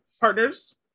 partners